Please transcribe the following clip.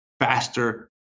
faster